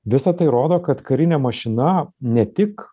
visa tai rodo kad karinė mašina ne tik